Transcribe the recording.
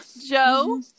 Joe